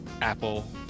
Apple